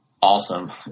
awesome